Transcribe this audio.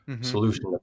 solution